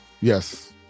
yes